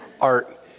art